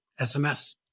SMS